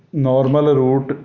normal route